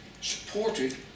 supported